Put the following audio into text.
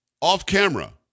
off-camera